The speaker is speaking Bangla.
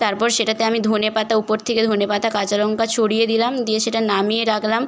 তারপর সেটাতে আমি ধনেপাতা উপর থেকে ধনেপাতা কাঁচা লঙ্কা ছড়িয়ে দিলাম দিয়ে সেটা নামিয়ে রাখলাম